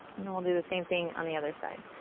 and then we'll do the same thing on the other side.